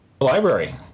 library